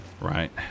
Right